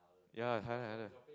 ya